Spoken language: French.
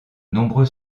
nombreux